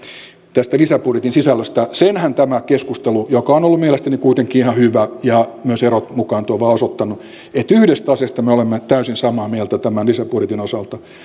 tästä lisäbudjetin sisällöstä senhän tämä keskustelu joka on ollut mielestäni kuitenkin ihan hyvä ja myös erot mukaan tuova on osoittanut että yhdestä asiasta me olemme täysin samaa mieltä tämän lisäbudjetin osalta